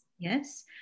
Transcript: Yes